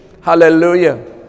Hallelujah